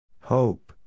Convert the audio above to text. hope